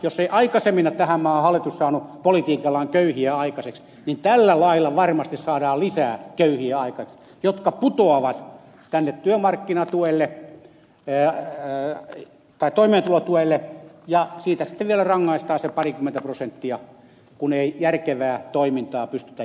jos ei aikaisemmin ole tähän maahan hallitus saanut politiikallaan köyhiä aikaiseksi niin tällä lailla varmasti saadaan lisää köyhiä aikaiseksi jotka putoavat tänne työmarkkinatuelle tai toimeentulotuelle ja siitä sitten vielä rangaistaan se parikymmentä prosenttia kun ei järkevää toimintaa pystytä järjestämään